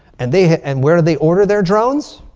and they and where do they order their drones?